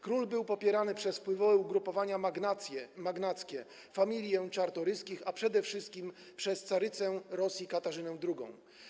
Król był popierany przez wpływowe ugrupowanie magnackie - Familię Czartoryskich, a przede wszystkim przez carycę Rosji Katarzynę II.